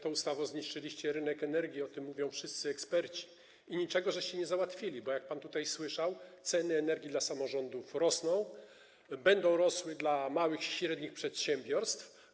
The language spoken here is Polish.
Tą ustawą zniszczyliście rynek energii - o tym mówią wszyscy eksperci - i niczego nie załatwiliście, bo, jak pan tutaj słyszał, ceny energii dla samorządów rosną, będą rosły dla małych i średnich przedsiębiorstw.